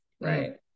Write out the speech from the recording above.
right